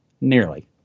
Nearly